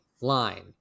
line